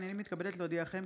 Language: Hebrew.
הינני מתכבדת להודיעכם,